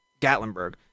Gatlinburg